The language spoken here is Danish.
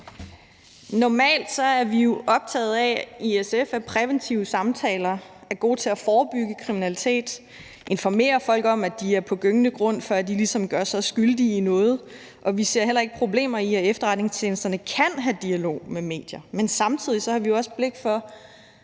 Normalt er vi jo i SF optaget af, at præventive samtaler er gode til at forebygge kriminalitet og informere folk om, at de er på gyngende grund, før de ligesom gør sig skyldige i noget, og vi ser heller ikke problemer i, at efterretningstjenesterne kan have dialog med medier. Men samtidig har vi jo også blik for,